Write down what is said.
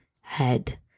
head